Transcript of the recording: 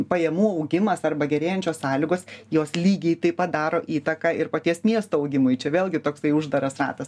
pajamų augimas arba gerėjančios sąlygos jos lygiai taip pat daro įtaką ir paties miesto augimui čia vėlgi toksai uždaras ratas